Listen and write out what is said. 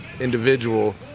individual